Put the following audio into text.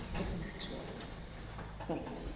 it's an actual thing.